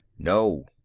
no.